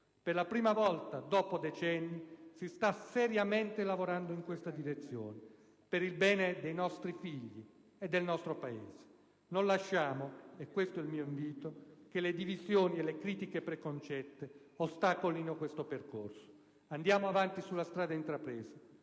Per la prima volta dopo decenni si sta seriamente lavorando in questa direzione, per il bene dei nostri figli e del nostro Paese. Non lasciamo - è questo il mio invito - che le divisioni e le critiche preconcette ostacolino tale percorso. Andiamo avanti sulla strada intrapresa.